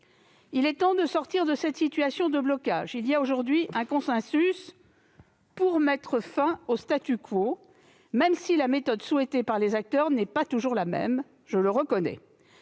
Il est temps de sortir de cette situation de blocage. Il existe aujourd'hui un consensus pour mettre fin au, bien que la méthode souhaitée par les différents acteurs ne soit pas toujours la même, je le reconnais,